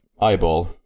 eyeball